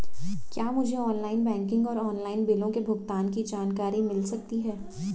क्या मुझे online banking और ऑनलाइन बिलों के भुगतान की जानकारी मिल सकता है?